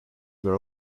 were